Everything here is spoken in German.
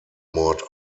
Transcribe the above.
mord